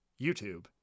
YouTube